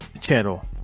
channel